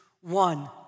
one